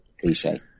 cliche